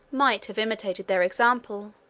might have imitated their example